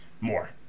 More